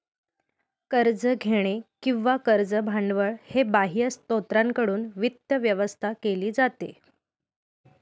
कर्ज घेणे किंवा कर्ज भांडवल हे बाह्य स्त्रोतांकडून वित्त व्यवस्था केली जाते